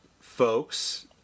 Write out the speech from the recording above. folks